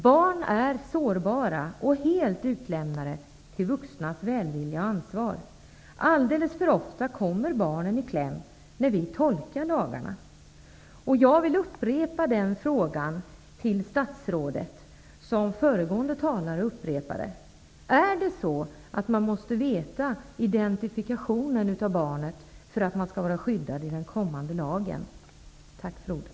Barn är sårbara och helt utlämnade till vuxnas välvilja och ansvar. Alldeles för ofta kommer barn i kläm när vi tolkar lagarna. Jag vill upprepa den fråga till statsrådet som föregående talare ställde: Är det så att man måste veta identiteten på barnet för att barnet skall vara skyddat enligt den kommande lagen? Tack för ordet.